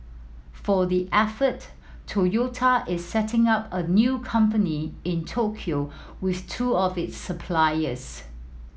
for the effort Toyota is setting up a new company in Tokyo with two of its suppliers